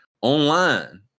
online